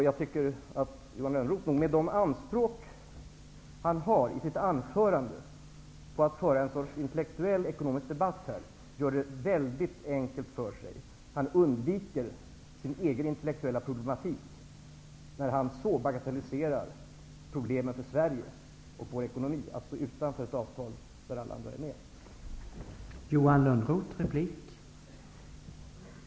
Jag tycker att Johan Lönnroth, med de anspråk han har i sitt anförande på att föra en sorts intellektuell ekonomisk debatt, gör det väldigt enkelt för sig. Han undviker sin egen intellektuella problematik när han så bagatelliserar problemen för Sverige och för vår ekonomi av att stå utanför ett avtal som alla andra har ingått.